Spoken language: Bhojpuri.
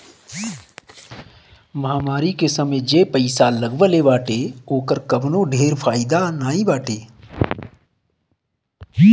महामारी के समय जे पईसा लगवले बाटे ओकर कवनो ढेर फायदा नाइ बाटे